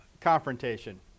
confrontation